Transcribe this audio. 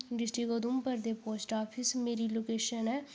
district Udhampur दे post office मेरी location ऐ